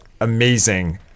amazing